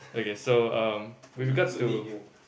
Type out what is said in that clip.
okay so um with regards to